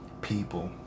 people